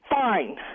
fine